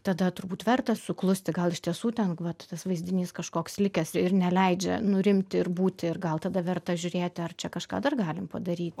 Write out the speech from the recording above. tada turbūt verta suklusti gal iš tiesų ten vat tas vaizdinys kažkoks likęs ir neleidžia nurimti ir būti ir gal tada verta žiūrėti ar čia kažką dar galim padaryt